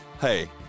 hey